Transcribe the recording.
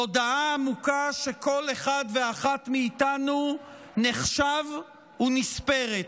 תודעה עמוקה שכל אחד ואחת מאיתנו נחשב ונספרת,